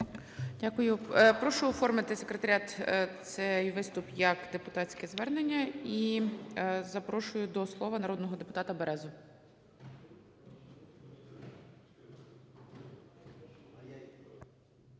Дякую. Прошу оформити Секретаріат цей виступ як депутатське звернення. І запрошую до слова народного депутата Березу.